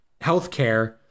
healthcare